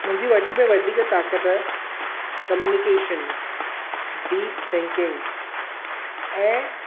मुंहिंजी वॾी में वॾी ताक़त कम्यूनीकेशन डीप थिंकिंग ऐं